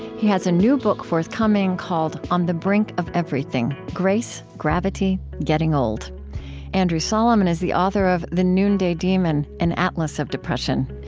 he has a new book forthcoming, called on the brink of everything grace, gravity, and getting old andrew solomon is the author of the noonday demon an atlas of depression.